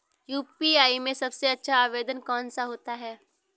UPI में सबसे अच्छा आवेदन कौन सा होता है?